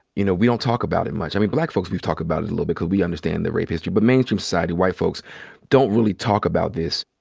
you know, we don't talk about it much. i mean, black folks, we talk about it a little bit cause we understand the rape history. but mainstream society, white folks don't really talk about this.